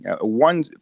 one